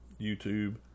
YouTube